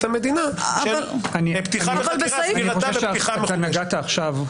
המדינה של פתיחה בחקירה --- אני חושב שאתה נגעת עכשיו,